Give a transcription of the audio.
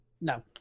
No